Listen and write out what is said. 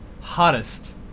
Hottest